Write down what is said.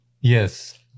Yes